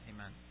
Amen